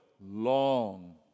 Long